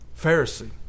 Pharisee